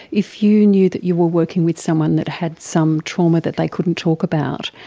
if you knew that you were working with someone that had some trauma that they couldn't talk about,